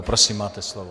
Prosím máte slovo.